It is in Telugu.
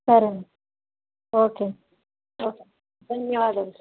సరేనండీ ఓకే ధన్యవాదాలు